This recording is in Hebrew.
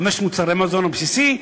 חמשת מוצרי המזון הבסיסי.